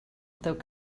without